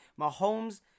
Mahomes